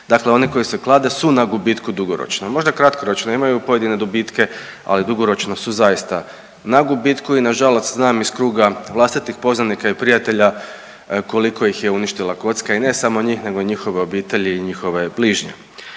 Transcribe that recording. Dakle, oni koji se klade su na gubitku dugoročno. Možda kratkoročno imaju pojedine dobitke, ali dugoročno su zaista na gubitku i na žalost znam iz kruga vlastitih poznanika i prijatelja koliko ih je uništila kocka i ne samo njih nego i njihove obitelji i njihove bližnje.